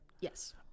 Yes